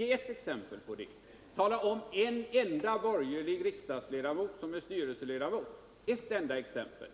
Namnge en enda borgerlig riksdagsledamot som är styrelseledamot — ett enda exempel.